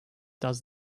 does